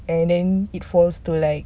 and then it falls to like